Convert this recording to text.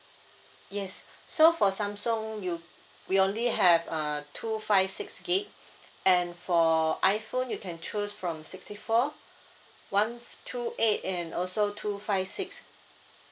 yes so for samsung you we only have uh two five six gig and for iphone you can choose from sixty four one two eight and also two five six